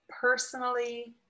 personally